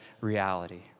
reality